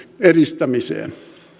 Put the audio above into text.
edistämiseen